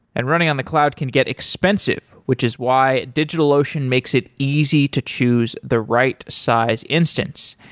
and running on the cloud can get expensive, which is why digitalocean makes it easy to choose the right size instance.